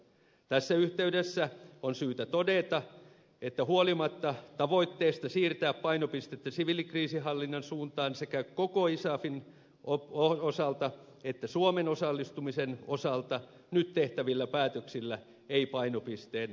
tässä yhteydessä on syytä todeta että huolimatta tavoitteesta siirtää painopistettä siviilikriisinhallinnan suuntaan sekä koko isafin osalta että suomen osallistumisen osalta nyt tehtävillä päätöksillä ei painopisteen muutos toteudu